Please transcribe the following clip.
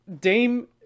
Dame